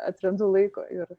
atrandu laiko ir